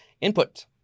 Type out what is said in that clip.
input